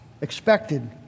expected